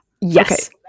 Yes